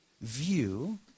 view